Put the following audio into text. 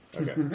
Okay